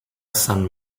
son